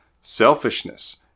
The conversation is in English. Selfishness